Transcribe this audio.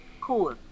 Cool